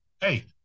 hey